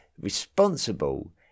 responsible